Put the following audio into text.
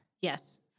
Yes